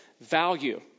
Value